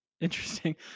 interesting